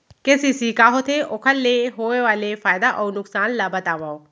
KCC का होथे, ओखर ले होय वाले फायदा अऊ नुकसान ला बतावव?